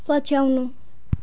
पछ्याउनु